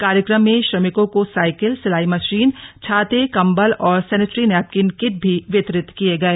कार्यक्रम में श्रमिकों को साइकिल सिलाई मशीन छाते कम्बल और सैनेट्री नैपकिन किट भी वितरित किये गए